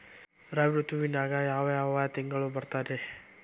ರಾಬಿ ಋತುವಿನಾಗ ಯಾವ್ ಯಾವ್ ತಿಂಗಳು ಬರ್ತಾವ್ ರೇ?